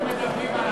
אנחנו לא מדברים,